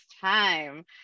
time